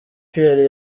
pierre